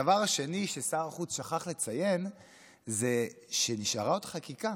הדבר השני ששר החוץ שכח לציין זה שנשארה עוד חקיקה,